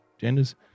Genders